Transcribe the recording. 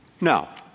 Now